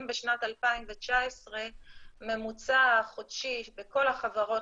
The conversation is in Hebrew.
אם בשנת 2019 הממוצע החודשי בכל החברות